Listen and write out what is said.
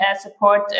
support